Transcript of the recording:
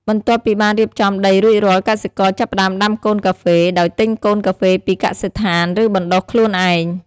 បន្ទាប់ពីបានរៀបចំដីរួចរាល់ កសិករចាប់ផ្ដើមដាំកូនកាហ្វេ ដោយទិញកូនកាហ្វេពីកសិដ្ឋាន ឬបណ្ដុះខ្លួនឯង។